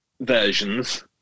versions